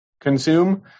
consume